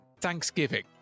Thanksgiving